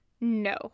no